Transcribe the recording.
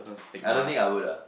I don't think I would ah